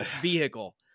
vehicle